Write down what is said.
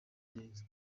neza